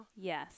Yes